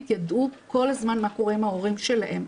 ידעו כל הזמן מה קורה עם ההורים שלהם,